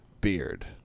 beard